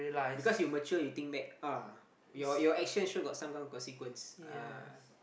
because you mature you think back ah your your actions sure got some kind of consequence ah